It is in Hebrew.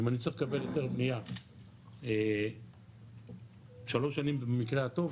אם אני צריך לקבל היתר בניה שלוש שנים במקרה הטוב,